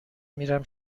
میرم